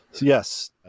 Yes